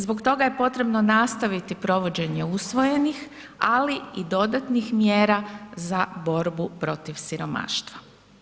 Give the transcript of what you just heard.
Zbog toga je potrebno nastaviti provođenje usvojenih ali i dodatnih mjera za borbu protiv siromaštva.